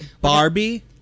Barbie